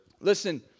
listen